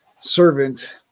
servant